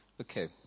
Okay